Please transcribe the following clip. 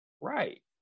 right